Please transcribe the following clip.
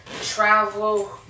travel